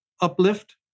uplift